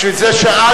בשביל זה שאלתי.